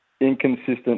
inconsistent